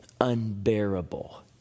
unbearable